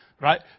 Right